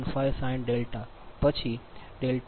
19 j 0